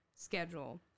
schedule